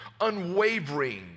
Unwavering